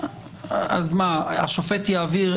השופט יעביר,